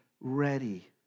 ready